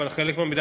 אבל חלק מהמידע,